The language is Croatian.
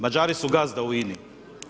Mađari su gazde u INA-i.